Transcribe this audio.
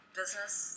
business